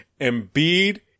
Embiid